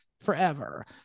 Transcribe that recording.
forever